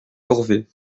corvée